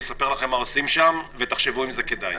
אני אספר לכם מה עושים שם ותחשבו אם כדאי.